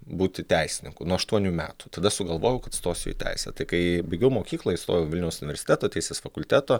būti teisininku nuo aštuonių metų tada sugalvojau kad stosiu į teisę tai kai baigiau mokyklą įstojau į vilniaus universiteto teisės fakulteto